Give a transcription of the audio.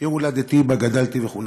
עיר הולדתי, שבה גדלתי וחונכתי.